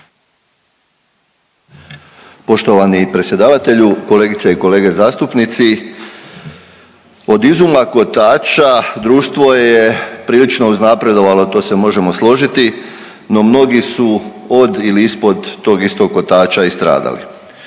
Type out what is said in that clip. Poštovani predsjedavatelju, kolegice i kolege zastupnici. Od izuma kotača društvo je prilično uznapredovalo, to se možemo složiti, no mnogi su od ili ispod tog istog kotača i stradali.